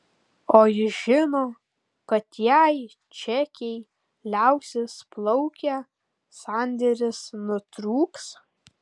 o jis žino kad jei čekiai liausis plaukę sandėris nutrūks